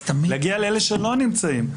להגיע לאלה שלא נמצאים.